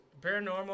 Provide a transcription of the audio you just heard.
Paranormal